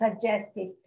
suggested